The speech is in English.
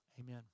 Amen